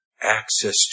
Access